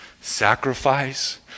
Sacrifice